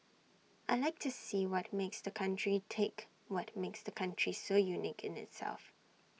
I Like to see what makes the country tick what makes the country so unique in itself